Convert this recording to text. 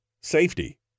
safety